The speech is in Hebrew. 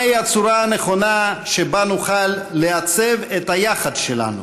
מהי הצורה הנכונה שבה נוכל לעצב את ה"יחד" שלנו?